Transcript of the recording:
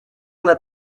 let